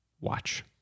watch